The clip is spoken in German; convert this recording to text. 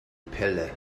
pelle